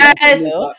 Yes